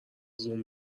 زوم